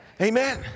Amen